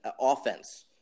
offense –